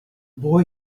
boy